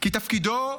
כי תפקידו,